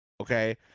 okay